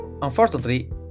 Unfortunately